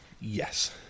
Yes